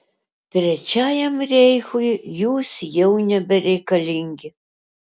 trečiajam reichui jūs jau nebereikalingi